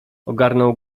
ogarnął